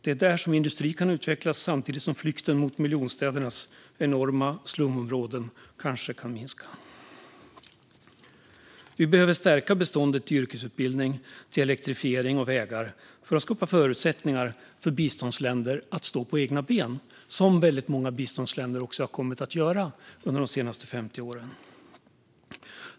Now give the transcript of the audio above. Det är där industri kan utvecklas samtidigt som flykten mot miljonstädernas enorma slumområden kanske kan minska. Vi behöver stärka biståndet till yrkesutbildning, elektrifiering och vägar för att skapa förutsättningar för biståndsländer att stå på egna ben, vilket många biståndsländer också har kommit att göra under de senaste 50 åren.